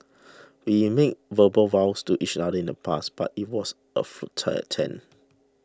we made verbal vows to each other in the past but it was a futile attempt